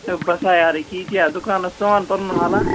ہے بَس ہا یارٕ ییٚکیٛاہ ییٚتی ہہ دُکانَس ژٕ وَن پَنُن حالا